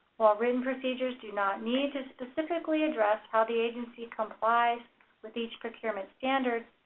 while written procedures do not need to specifically address how the agency complies with each procurement standard,